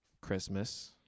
Christmas